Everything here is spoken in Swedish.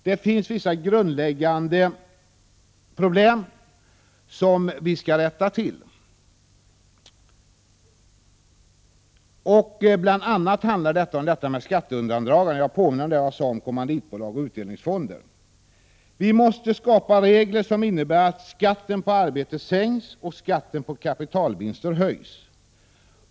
Det finns vissa grundläggande problem som vi skall rätta till. Det handlar bl.a. om skatteundandragande. Jag påminner om det jag sade om kommanditbolag och utdelningsfonder. Vi måste skapa regler som innebär att skatten på arbetet sänks och skatten på kapitalvinster höjs.